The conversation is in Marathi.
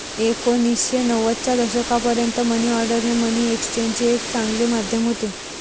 एकोणीसशे नव्वदच्या दशकापर्यंत मनी ऑर्डर हे मनी एक्सचेंजचे एक चांगले माध्यम होते